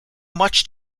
much